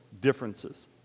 differences